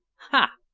ha!